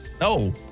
No